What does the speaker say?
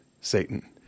Satan